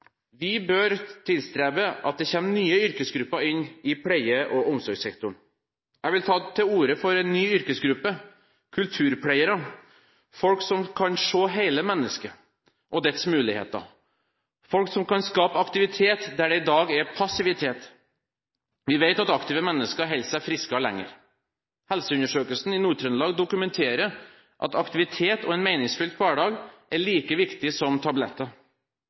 Vi bør tilstrebe at det kommer nye yrkesgrupper inn i pleie- og omsorgssektoren. Jeg vil ta til orde for en ny yrkesgruppe – kulturpleiere – folk som kan se hele mennesket og dets muligheter, folk som kan skape aktivitet der det i dag er passivitet. Vi vet at aktive mennesker holder seg friskere lenger. Helseundersøkelsen i Nord-Trøndelag dokumenterer at aktivitet og en meningsfylt hverdag er like viktig som tabletter.